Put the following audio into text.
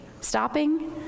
Stopping